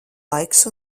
laiks